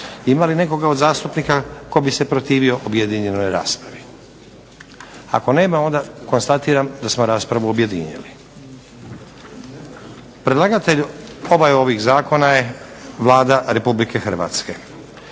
Ima li nekoga od zastupnika tko bi se protivio objedinjenoj raspravi? Ako nema, onda konstatiram da smo raspravu objedinili. Predlagatelj ovih zakona je Vlada Republike Hrvatske.